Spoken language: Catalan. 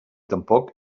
tampoc